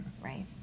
right